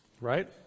right